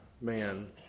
man